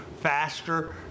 faster